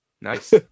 Nice